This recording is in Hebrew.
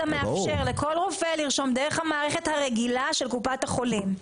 אתה מאפשר לכל רופא לרשום דרך המערכת הרגילה של קופת החולים.